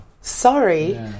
Sorry